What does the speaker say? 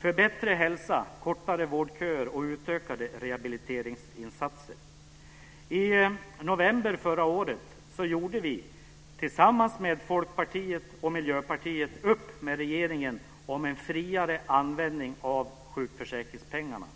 för bättre hälsa, kortare vårdköer och utökade rehabiliteringsinsatser. I november förra året gjorde vi tillsammans med Folkpartiet och Miljöpartiet upp med regeringen om en friare användning av sjukförsäkringspengarna.